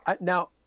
Now